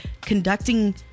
conducting